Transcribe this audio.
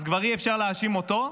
אז כבר אי-אפשר להאשים אותו.